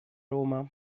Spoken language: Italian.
roma